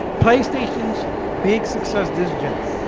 playstations big success this gen